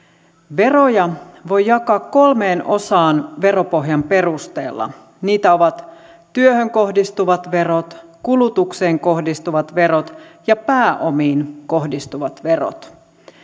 verot voi jakaa kolmeen osaan veropohjan perusteella niitä ovat työhön kohdistuvat verot kulutukseen kohdistuvat verot ja pääomiin kohdistuvat verot